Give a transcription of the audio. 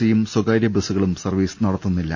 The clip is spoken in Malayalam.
സിയും സ്ഥകാര്യ ബസുകളും സർവ്വീസ് നട ത്തുന്നില്ല